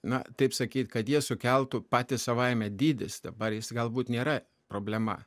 na taip sakyti kad jie sukeltų patys savaime dydis dabar galbūt nėra problema